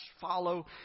follow